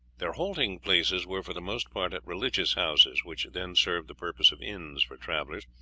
their halting-places were for the most part at religious houses, which then served the purpose of inns for travellers,